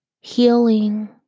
healing